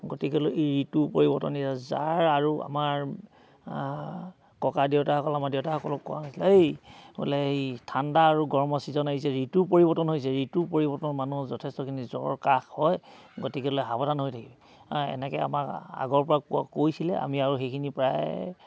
গতিকেলৈ এই ঋতুৰ পৰিৱৰ্তনে জাৰ আৰু আমাৰ ককা দেউতাসকল আমাৰ দেউতাসকলক কোৱা হৈছিলে এই বোলে এই ঠাণ্ডা আৰু গৰমৰ চিজন আহিছে ঋতুৰ পৰিৱৰ্তন হৈছে ঋতুৰ পৰিৱৰ্তনত মানুহৰ যথেষ্টখিনি জ্বৰ কাঁহ হয় গতিকেলৈ সাৱধান হৈ থাকিবি হা এনেকৈ আমাক আগৰ পৰা কোৱা কৈছিলে আমি আৰু সেইখিনি প্ৰায়